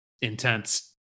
intense